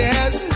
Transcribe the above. Yes